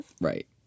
Right